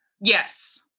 Yes